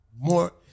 more